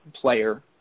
player